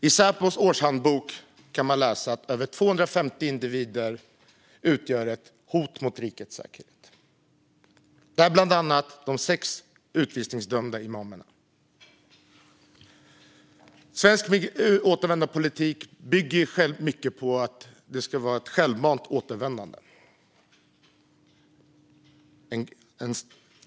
I Säpos årsbok kan man läsa att över 250 individer utgör hot mot rikets säkerhet. Där ingår bland andra de sex utvisningsdömda imamerna. Svensk återvändandepolitik bygger mycket på att det ska vara ett självmant återvändande.